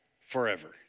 forever